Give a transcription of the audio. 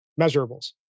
measurables